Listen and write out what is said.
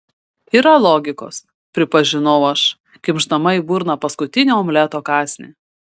yra logikos pripažinau aš kimšdamas į burną paskutinį omleto kąsnį